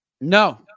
No